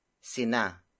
Sina